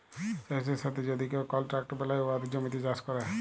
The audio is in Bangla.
চাষীদের সাথে যদি কেউ কলট্রাক্ট বেলায় উয়াদের জমিতে চাষ ক্যরে